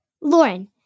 Lauren